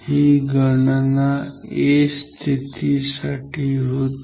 ही गणना स्थिती a साठी होती